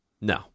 No